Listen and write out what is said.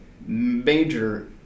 major